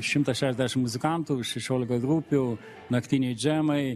šimtas šešdešim muzikantų šešiolika grupių naktiniai džemai